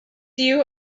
you